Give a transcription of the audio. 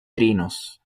trinos